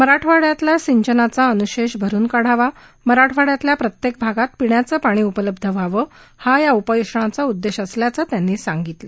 मराठवाड्यातला सिंचनाचा अनुशेष भरून काढावा मराठवाड्यातल्या प्रत्येक भागात पिण्याचं पाणी उपलब्ध व्हावं हा या उपोषणाचा उद्देश असल्याचं त्यांनी सांगितलं